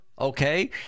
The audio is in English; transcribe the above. Okay